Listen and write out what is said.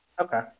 Okay